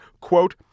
Quote